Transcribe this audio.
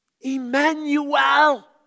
Emmanuel